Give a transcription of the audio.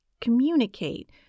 communicate